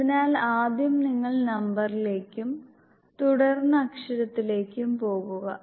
അതിനാൽ ആദ്യം നിങ്ങൾ നമ്പറിലേക്കും തുടർന്ന് അക്ഷരത്തിലേക്കും പോകുക